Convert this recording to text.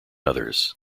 others